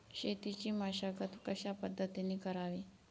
शेतीची मशागत कशापद्धतीने करावी?